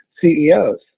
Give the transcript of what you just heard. ceos